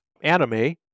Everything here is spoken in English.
anime